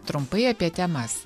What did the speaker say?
trumpai apie temas